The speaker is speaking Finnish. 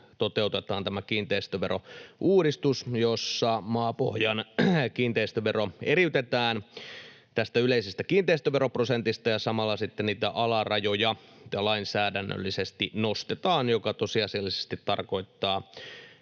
toteutetaan tämä kiinteistöverouudistus, jossa maapohjan kiinteistövero eriytetään yleisestä kiinteistöveroprosentista ja samalla sitten niitä alarajoja lainsäädännöllisesti nostetaan, mikä tosiasiallisesti tarkoittaa